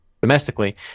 domestically